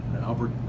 Albert